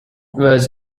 was